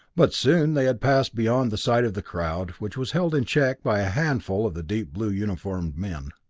but soon they had passed beyond the sight of the crowd, which was held in check by a handful of the deep blue uniformed men.